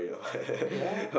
ya